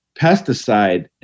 pesticide